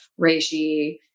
Reishi